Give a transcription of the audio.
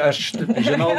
aš žinau